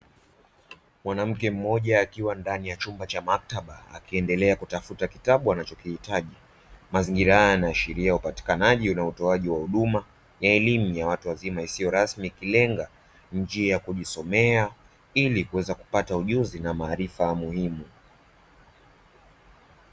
Mwanamke mmoja akiwa ndani ya chumba cha maktaba akiendelea kutafuta kitabu anachokihitaji. Mazingira haya yanaashiria upatikanaji unaotoaji wa huduma ya elimu ya watu wazima isiyo rasmi kulenga njia ya kujisomea ili kuweza kupata ujuzi na maarifa muhimu.